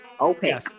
Okay